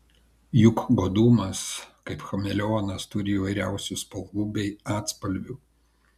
juk godumas kaip chameleonas turi įvairiausių spalvų bei atspalvių